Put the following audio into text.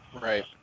right